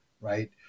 right